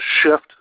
shift